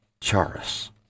Charis